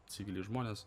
civiliai žmonės